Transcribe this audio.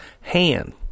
hand